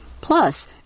Plus